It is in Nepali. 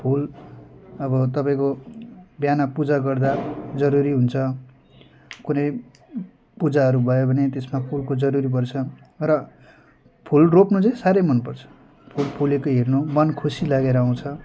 फुल अब तपाईँको बिहान पूजा गर्दा जरुरी हुन्छ कुनै पूजाहरू भयो भने त्यसमा फुलको जरुरी पर्छ र फुल रोप्नु चाहिँ साह्रै मनपर्छ फुल फुलेको हेर्नु मन खुसी लागेर आउँछ